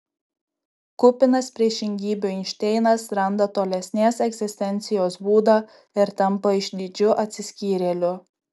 kupinas priešingybių einšteinas randa tolesnės egzistencijos būdą ir tampa išdidžiu atsiskyrėliu